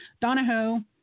Donahoe